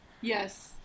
Yes